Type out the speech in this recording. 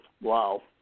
Wow